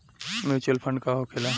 Mutual fund का होखेला?